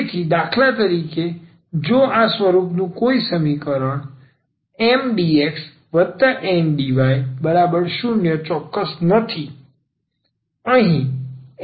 તેથી દાખલા તરીકે જો આ સ્વરૂપનું કોઈ સમીકરણ MdxNdy0ચોક્કસ નથી